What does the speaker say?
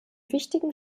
wichtigen